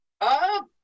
up